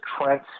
Trent